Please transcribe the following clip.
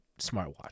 smartwatch